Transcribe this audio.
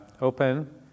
open